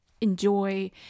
enjoy